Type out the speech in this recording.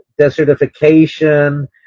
desertification